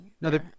No